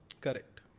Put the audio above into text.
Correct